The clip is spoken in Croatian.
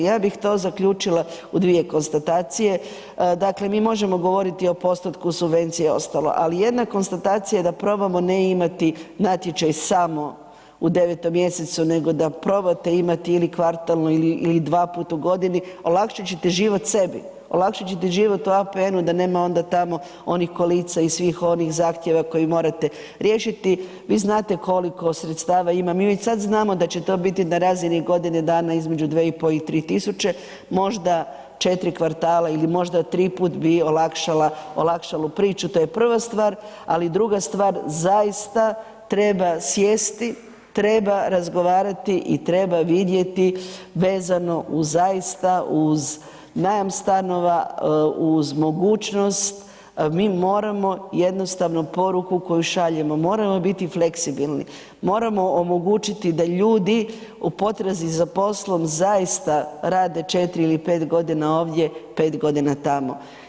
Ja bih to zaključila u dvije konstatacije, dakle mi možemo govoriti o postotku subvencije i ostalo ali jedna konstatacija je da probamo ne imati natječaj samo u 9. mj. nego da probate imati ili kvartalno ili dvaput u godini, olakšat ćete život sebi, olakšat ćete život u APN-u da nema onda tamo onih kolica i svih onih zahtjeva koji morate riješiti, vi znate koliko sredstava ima, mi već sad znamo da će to biti na razini godine dana između 2500 i 3000, možda četiri kvartala ili možda triput bi olakšalo priču, to je prva stvar ali druga stvar, zaista treba sjesti, treba razgovarati i treba vidjeti vezano uz zaista uz najam stanova, uz mogućnost, mi moramo jednostavno poruku koju šaljemo, moramo biti fleksibilni, moramo omogućiti da ljudi u potrazi za poslom zaista rade 4 ili 5 g. ovdje, 5 g. tamo.